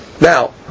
Now